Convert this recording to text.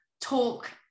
talk